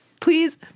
please